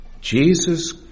Jesus